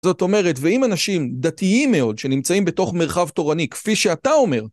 זאת אומרת, ואם אנשים דתיים מאוד, שנמצאים בתוך מרחב תורני, כפי שאתה אומר,